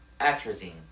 atrazine